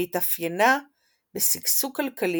והיא התאפיינה בשגשוג כלכלי,